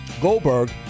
Goldberg